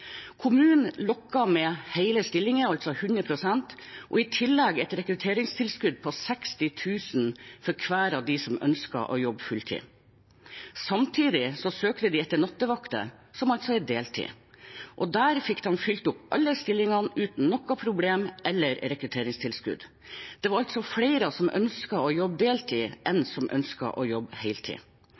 Kommunen lokket med hele stillinger, altså 100 pst., og i tillegg et rekrutteringstilskudd på 60 000 kr for hver av dem som ønsket å jobbe fulltid. Samtidig søkte man etter nattevakter, som altså er deltidsstillinger. Der fikk man fylt opp alle stillingene uten noe problem eller rekrutteringstilskudd. Det var altså flere som ønsket å jobbe deltid, enn som ønsket å jobbe